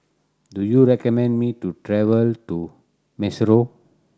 do you recommend me to travel to Maseru